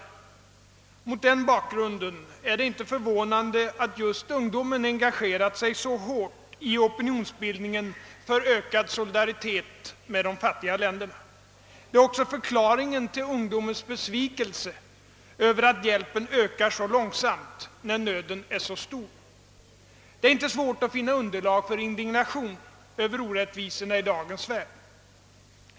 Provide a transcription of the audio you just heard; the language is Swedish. Mot den bakgrunden är det inte förvånande att just ungdomen engagerat sig så hårt i opinionsbildningen för ökad solidaritet med de fattiga länderna. Detta är också förklaringen till ungdomens besvikelse över att denna hjälp ökar så långsamt när nöden är så stor. Det är inte svårt att finna underlag för indignation över orättvisorna i dagens värld.